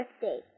birthday